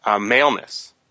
Maleness